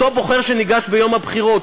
אותו בוחר שניגש ביום הבחירות?